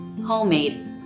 homemade